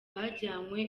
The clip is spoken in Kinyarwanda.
bajyanywe